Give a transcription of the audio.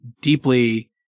deeply